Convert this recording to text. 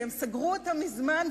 כי הם סגרו אותה מזמן,